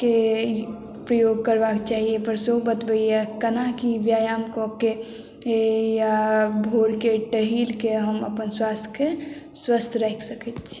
के प्रयोग करबाक चाही अइपर सेहो बतबैए केना की व्यायाम कऽके या भोरके टहैलके हम अपन स्वास्थके स्वस्थ राखि सकैत छी